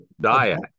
Diet